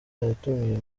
yatumiwe